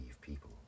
people